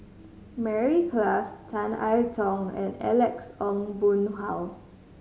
Mary Klass Tan I Tong and Alex Ong Boon Hau